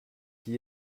qui